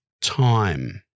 time